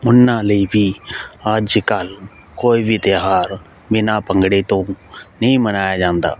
ਉਹਨਾਂ ਲਈ ਵੀ ਅੱਜ ਕੱਲ੍ਹ ਕੋਈ ਵੀ ਤਿਉਹਾਰ ਬਿਨਾ ਭੰਗੜੇ ਤੋਂ ਨਹੀਂ ਮਨਾਇਆ ਜਾਂਦਾ